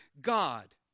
God